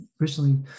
Originally